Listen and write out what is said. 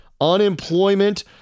Unemployment